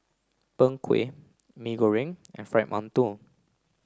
Png Kueh Mee Goreng and Fried Mantou